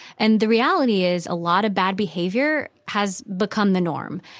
and the reality is a lot of bad behavior has become the norm,